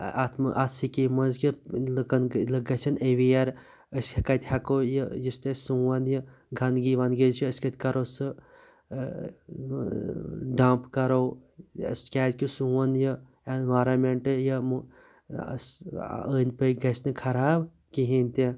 اَتھ منٛز اَتھ سِکیمہِ منٛز لُکَن گٔے لُکھ گژھن ایٚوِیَر أسۍ کَتہِ ہیٚکو یہِ یُس تہِ سون یہِ گَندگی وَندگی چھ اسہِ کَتہِ کَرو سُہ ڈَمپ کَرو کیازِ سون یہِ ایٚنورامیٚنٹ یِمو أنٛدۍ پٔکۍ گَژھہِ نہٕ خَراب کہیٖنۍ تہِ